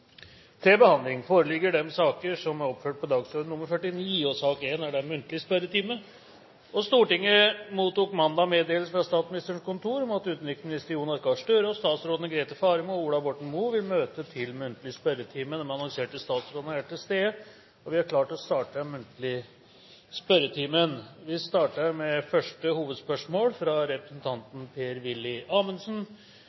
Stortinget mottok mandag meddelelse fra Statsministerens kontor om at utenriksminister Jonas Gahr Støre og statsrådene Grete Faremo og Ola Borten Moe vil møte til muntlig spørretime. De annonserte regjeringsmedlemmene er til stede, og vi er klare til å starte den muntlige spørretimen. Vi starter med første hovedspørsmål, fra